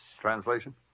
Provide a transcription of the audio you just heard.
Translation